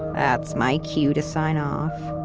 that's my cue to sign off.